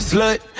Slut